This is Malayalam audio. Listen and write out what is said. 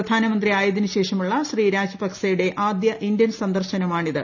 പ്രധാനമന്ത്രി ആയതിനുശേഷമുള്ള ശ്രീ രാജപക്സെയുടെ ആദ്യ ഇന്ത്യൻ സന്ദർശനമാണിത്